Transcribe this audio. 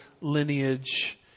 lineage